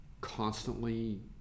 constantly